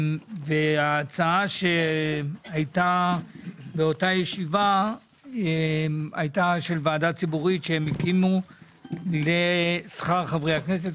ההצעה באותה ישיבה הייתה להקים ועדה ציבורית בנוגע לשכר חברי הכנסת,